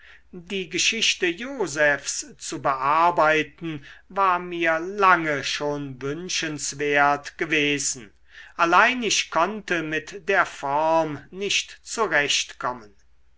die geschichte josephs zu bearbeiten war mir lange schon wünschenswert gewesen allein ich konnte mit der form nicht zurecht kommen